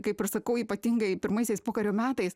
kaip ir sakau ypatingai pirmaisiais pokario metais